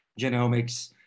genomics